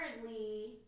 currently